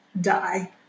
die